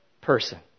person